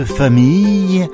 famille